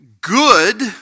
good